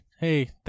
Hey